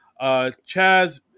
Chaz